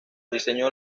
diseñó